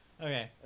Okay